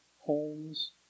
homes